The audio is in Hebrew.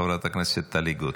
חברת הכנסת טלי גוטליב.